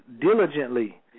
diligently